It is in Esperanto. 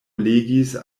legis